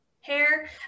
hair